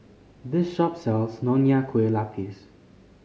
this shop sells Nonya Kueh Lapis